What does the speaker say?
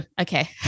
okay